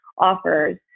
offers